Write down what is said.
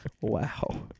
Wow